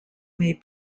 may